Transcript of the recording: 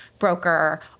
broker